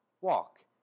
walk